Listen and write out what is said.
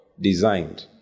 designed